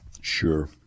sure